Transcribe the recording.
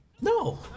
No